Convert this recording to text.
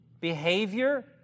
behavior